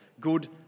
good